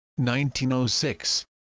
1906